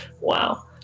Wow